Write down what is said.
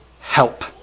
help